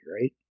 right